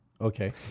okay